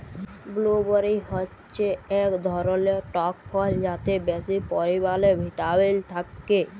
blueberry হচ্যে এক ধরলের টক ফল যাতে বেশি পরিমালে ভিটামিল থাক্যে